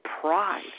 pride